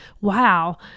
Wow